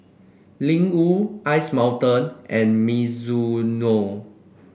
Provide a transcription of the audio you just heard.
Ling Wu Ice Mountain and Mizuno